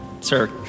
Sir